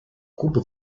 куба